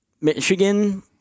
Michigan